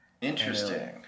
Interesting